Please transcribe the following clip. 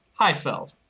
Heifeld